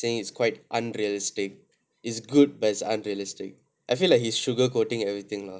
saying it's quite unrealistic is good but it's unrealistic I feel like he's sugar coating everything lah so